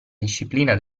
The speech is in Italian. disciplina